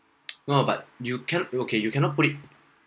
no but you can't okay you cannot put it